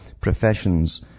professions